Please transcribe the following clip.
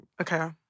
Okay